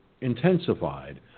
intensified